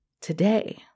today